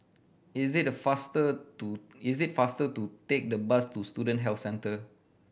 is it the faster to is it faster to take the bus to Student Health Centre